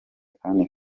kandi